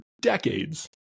decades